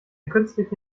künstliche